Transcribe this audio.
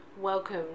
Welcome